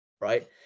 right